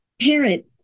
parent